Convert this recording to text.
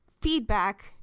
feedback